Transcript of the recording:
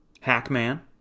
Hackman